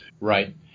Right